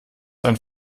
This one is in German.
einen